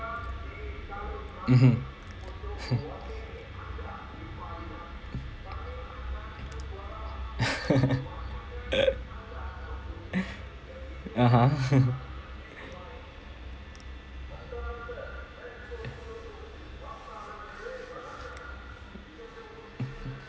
mmhmm (uh huh)